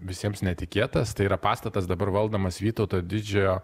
visiems netikėtas tai yra pastatas dabar valdomas vytauto didžiojo